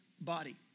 body